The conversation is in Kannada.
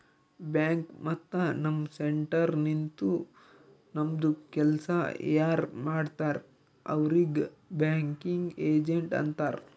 ಬ್ಯಾಂಕ್ ಮತ್ತ ನಮ್ ಸೆಂಟರ್ ನಿಂತು ನಮ್ದು ಕೆಲ್ಸಾ ಯಾರ್ ಮಾಡ್ತಾರ್ ಅವ್ರಿಗ್ ಬ್ಯಾಂಕಿಂಗ್ ಏಜೆಂಟ್ ಅಂತಾರ್